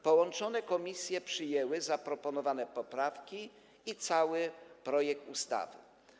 Połączone komisje przyjęły zaproponowane poprawki i cały projekt ustawy.